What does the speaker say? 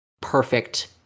perfect